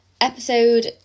episode